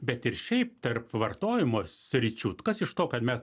bet ir šiaip tarp vartojimo sričių kas iš to kad mes